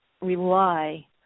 rely